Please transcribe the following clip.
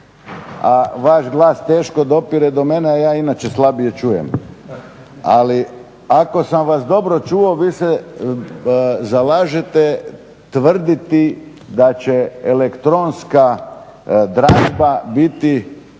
a vaš glas teško dopire do mene a ja inače slabije čujem, ali ako sam vas dobro čuo, vi se zalažete tvrditi da će elektronska dražba biti